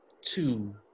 two